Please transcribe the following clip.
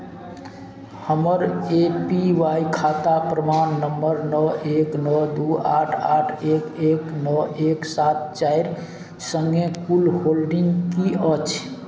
हमर A P Y खाता प्रमाण नम्बर नओ एक नओ दू आठ आठ एक एक नओ एक सात चारि सङ्गे कुल होल्डिंग की अछि